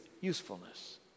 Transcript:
usefulness